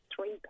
three